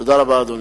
תודה רבה, אדוני.